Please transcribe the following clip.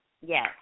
Yes